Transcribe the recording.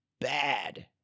bad